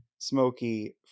smoky